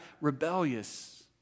rebellious